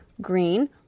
green